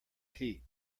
heat